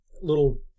Little